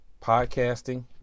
podcasting